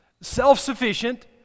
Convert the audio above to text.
self-sufficient